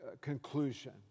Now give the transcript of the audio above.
conclusion